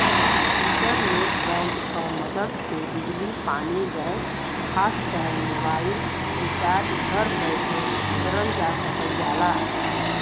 internet bank क मदद से बिजली पानी गैस फास्टैग मोबाइल रिचार्ज घर बैठे करल जा सकल जाला